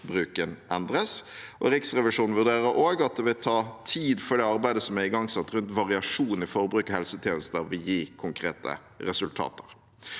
endres. Riksrevisjonen vurderer også at det vil ta tid før det arbeidet som er igangsatt rundt variasjon i forbruk av helsetjenester, vil gi konkrete resultater.